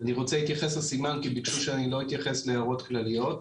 אני רוצה להתייחס לסימן כי ביקשו שאני לא אתייחס להערות כלליות.